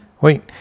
Wait